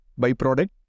byproduct